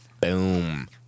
Boom